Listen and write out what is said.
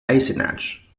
eisenach